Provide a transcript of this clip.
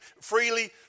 freely